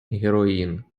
heroine